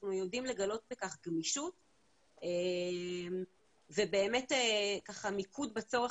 אנחנו יודעים לגלות בכך גמישות ובאמת מיקוד בצורך